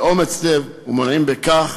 באומץ לב, ומונעים בכך